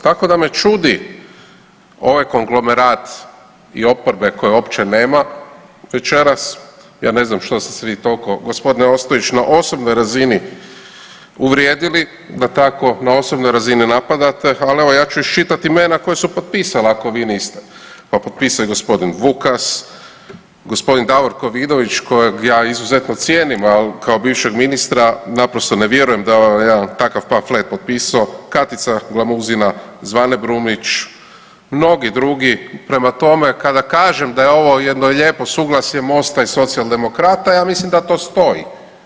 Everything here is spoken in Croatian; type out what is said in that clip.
Tako da me čudi ovaj konglomerat i oporbe koje uopće nema večeras, ja ne znam što ste se vi toliko gospodine Ostojić na osobnoj razini uvrijedili, da tako na osobnoj razini napadate, ali evo ja ću iščitati imena koja su potpisala ako vi niste, pa potpisao je gospodin Vukas, gospodin Davorko Vidović kojeg ja izuzetno cijenim al kao bivšeg ministra naprosto ne vjerujem da je on jedan takav pamflet potpisao, Katica Glamuzina, Zvane Brumnić, mnogi drugi prema tome kada kažem da je ovo jedno lijepo suglasje MOST-a i Socijaldemokrata, ja mislim da to stoji.